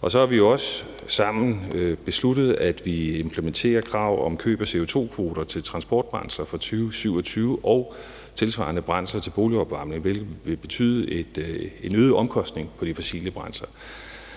Og så har vi jo også sammen besluttet, at vi implementerer krav om køb af CO2-kvoter til transportbrancher fra 2027 og tilsvarende krav til boligopvarmning, hvilket vil betyde en øget omkostning på de fossile brændsler.